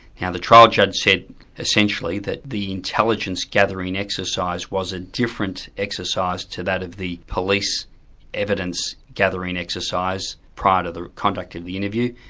now the trial judge said essentially that the intelligence gathering exercise was a different exercise to that of the police evidence gathering exercise prior to the conduct of the interview,